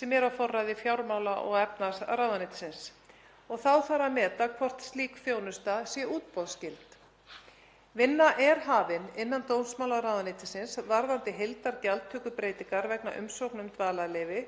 sem er á forræði fjármála- og efnahagsráðuneytisins. Þá þarf að meta hvort slík þjónusta sé útboðsskyld. Vinna er hafin innan dómsmálaráðuneytisins varðandi heildargjaldtökubreytingar vegna umsókna um dvalarleyfi